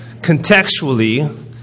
contextually